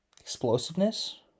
explosiveness